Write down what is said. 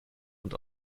und